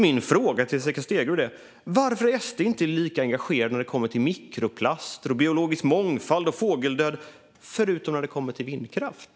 Min fråga till Jessica Stegrud är alltså: Varför är SD inte lika engagerade när det gäller mikroplaster, biologisk mångfald och fågeldöd förutom i fråga om vindkraft?